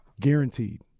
Guaranteed